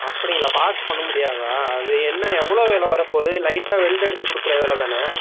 அப்படிங்களா பார்த்து பண்ண முடியாதா அது என்ன எவ்வளோ வில வரப்போகுது லைட்டாக வெல்ட் அடிச்சு கொடுக்கற வேலை தானே